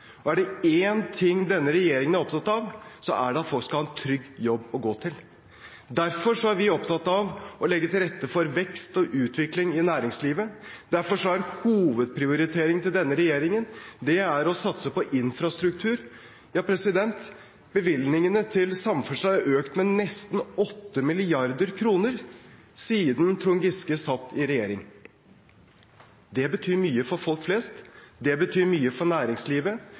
Og er det én ting denne regjeringen er opptatt av, så er det at folk skal ha en trygg jobb å gå til. Derfor er vi opptatt av å legge til rette for vekst og utvikling i næringslivet. Derfor er hovedprioriteringen til denne regjeringen å satse på infrastruktur – ja, bevilgningene til samferdsel har økt med nesten 8 mrd. kr siden Trond Giske satt i regjering. Det betyr mye for folk flest, det betyr mye for næringslivet,